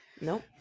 Nope